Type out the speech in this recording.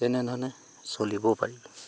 তেনেধৰণে চলিবও পাৰি